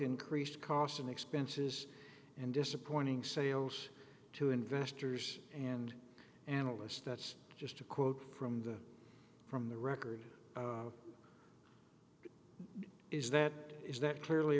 increased cost in expenses and disappointing sales to investors and analysts that's just a quote from them from the record is that is that clearly